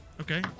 Okay